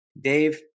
Dave